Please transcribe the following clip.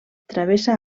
travessa